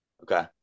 Okay